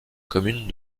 commune